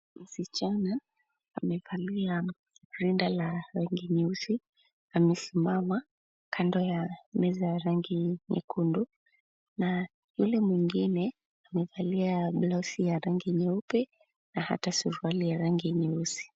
Msichana amevalia rinda la rangi nyeusi amesimama kando ya meza ya rangi nyekundu na yule mwingine amevalia blauzi ya rangi nyeupe na hata suruali ya rangi nyeusi.